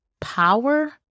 power